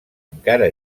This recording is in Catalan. encara